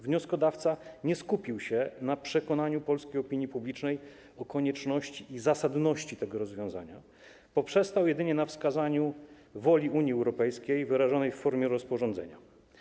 Wnioskodawca nie skupił się na przekonaniu polskiej opinii publicznej o konieczności i zasadności tego rozwiązania, poprzestał jedynie na wskazaniu woli Unii Europejskiej wyrażonej w formie rozporządzenia.